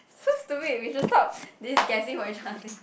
so stupid we just stop this guessing from enchanting